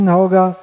Hoga